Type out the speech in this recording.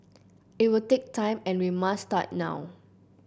it will take time and we must start now